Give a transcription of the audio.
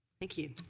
thank you.